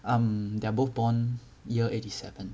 um they're both born year eighty seven